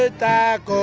ah that